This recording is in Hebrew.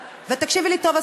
ותקשיבי לי טוב,